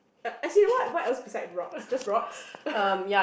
but as in what what else beside rocks just rocks